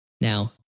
Now